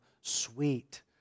sweet